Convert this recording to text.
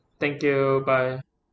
thank you bye